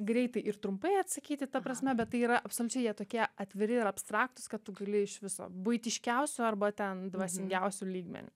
greitai ir trumpai atsakyti ta prasme bet tai yra absoliučiai jie tokie atviri ir abstraktūs kad tu gali iš viso buitiškiausiu arba ten dvasingiausiu lygmeniu